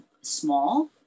small